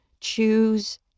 choose